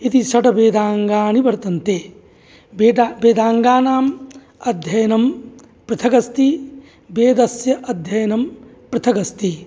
इति षड् वेदाङ्गानि वर्तन्ते बेडा वेदाङ्गानाम् अध्ययनं पृथगस्ति वेदस्य अध्ययनं पृथगस्ति